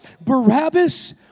Barabbas